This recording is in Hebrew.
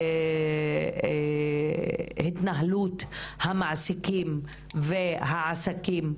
התנהלות המעסיקים והעסקים